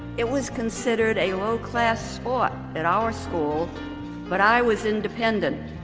it was considered a low-class or at our school but i was independent,